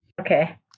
Okay